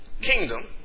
kingdom